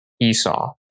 Esau